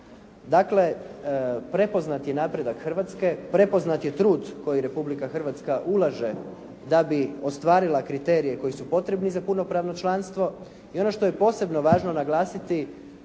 Dakle, prepoznat je napredak Hrvatske, prepoznat je trud koji Republika Hrvatska ulaže da bi ostvarila kriterije koji su potrebni za punopravno članstvo. I ono što je posebno važno naglasiti,